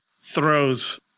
throws